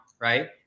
right